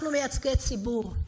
אנחנו מייצגי ציבור,